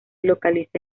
localiza